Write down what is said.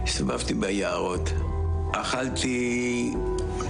האם במסגרת דיוני התקציב קיבלתם